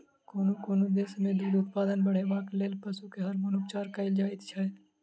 कोनो कोनो देश मे दूध उत्पादन बढ़ेबाक लेल पशु के हार्मोन उपचार कएल जाइत छै